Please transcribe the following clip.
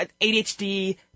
ADHD